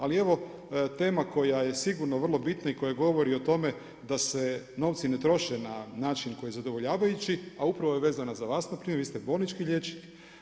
Ali evo, tema koja je sigurno vrlo bitna i koja govori o tome da se novci ne troše na način koji je zadovoljavajući, a upravo je vezana za vas na primjer, vi ste bolnički liječnik.